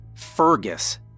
Fergus